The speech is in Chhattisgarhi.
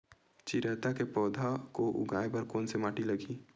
चिरैता के पौधा को उगाए बर कोन से माटी लगही?